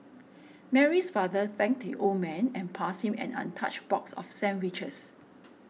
Mary's father thanked the old man and passed him an untouched box of sandwiches